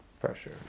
Pressure